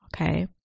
Okay